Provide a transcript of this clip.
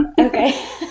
okay